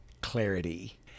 clarity